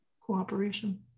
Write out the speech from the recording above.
cooperation